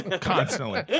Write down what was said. constantly